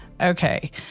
Okay